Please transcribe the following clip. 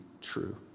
true